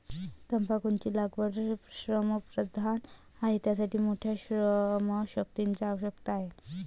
तंबाखूची लागवड श्रमप्रधान आहे, त्यासाठी मोठ्या श्रमशक्तीची आवश्यकता आहे